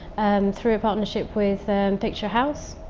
through a partnership with picture house.